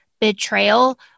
betrayal